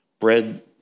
bread